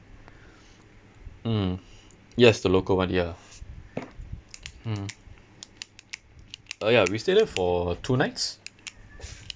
mm yes the local one ya hmm uh ya we stayed there for two nights